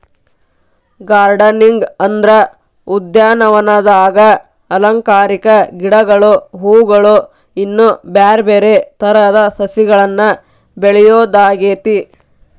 gardening ಅಂದ್ರ ಉದ್ಯಾನವನದಾಗ ಅಲಂಕಾರಿಕ ಗಿಡಗಳು, ಹೂವುಗಳು, ಇನ್ನು ಬ್ಯಾರ್ಬ್ಯಾರೇ ತರದ ಸಸಿಗಳನ್ನ ಬೆಳಿಯೋದಾಗೇತಿ